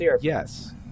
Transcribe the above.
yes